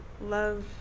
love